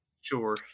Sure